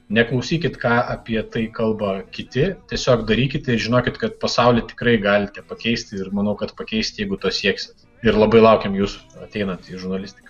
neklausykit ką apie tai kalba kiti tiesiog darykit ir žinokit kad pasaulį tikrai galite pakeisti ir manau kad pakeisit jeigu to sieksit ir labai laukiam jūsų ateinant į žurnalistiką